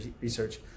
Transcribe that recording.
research